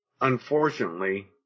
unfortunately